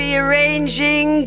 Rearranging